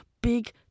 big